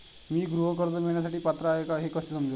मी गृह कर्ज मिळवण्यासाठी पात्र आहे का हे कसे समजेल?